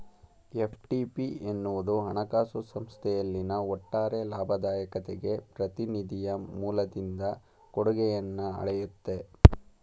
FTP ಎನ್ನುವುದು ಹಣಕಾಸು ಸಂಸ್ಥೆಯಲ್ಲಿನ ಒಟ್ಟಾರೆ ಲಾಭದಾಯಕತೆಗೆ ಪ್ರತಿನಿಧಿಯ ಮೂಲದಿಂದ ಕೊಡುಗೆಯನ್ನ ಅಳೆಯುತ್ತೆ